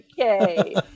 okay